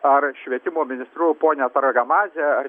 ar švietimo ministru ponią targamadzę ar